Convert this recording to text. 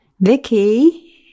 Vicky